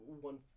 one